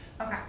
Okay